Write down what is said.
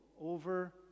over